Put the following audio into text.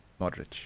Modric